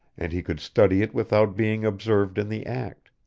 and he could study it without being observed in the act,